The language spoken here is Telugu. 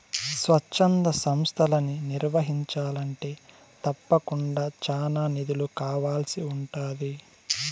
స్వచ్ఛంద సంస్తలని నిర్వహించాలంటే తప్పకుండా చానా నిధులు కావాల్సి ఉంటాది